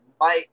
Mike